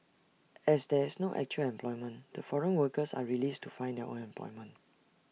as there is no actual employment the foreign workers are released to find their own employment